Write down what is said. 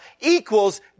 equals